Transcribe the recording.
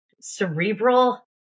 cerebral